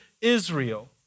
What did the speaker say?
Israel